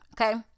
Okay